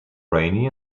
rainy